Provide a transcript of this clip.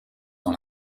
dans